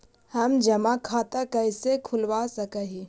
हम जमा खाता कैसे खुलवा सक ही?